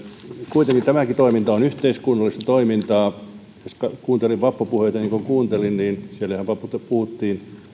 kuitenkin tämäkin toiminta on yhteiskunnallista toimintaa kun kuuntelin vappupuheita niin siellähän puhuttiin